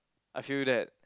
I feel that